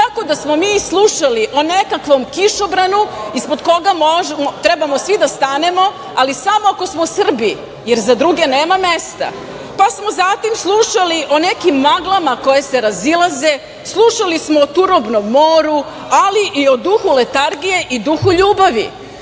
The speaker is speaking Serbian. Tako da smo mi slušali o nekakvom kišobranu ispod koga treba svi da stanemo, ali samo ako smo Srbi, jer za druge nema mesta. Zatim smo slušali o nekim maglama koje se razilaze, slušali smo o turobnom moru, ali i o duhu letargije i duhu ljubavi.